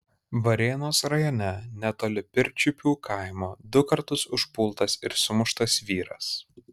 varėnos rajone netoli pirčiupių kaimo du kartus užpultas ir sumuštas vyras